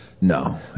No